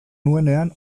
nuenean